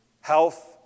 health